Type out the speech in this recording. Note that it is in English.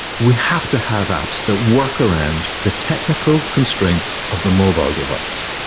we have to have apps that work around the technical constraints of the mobile device.